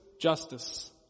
justice